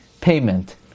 payment